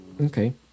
Okay